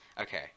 Okay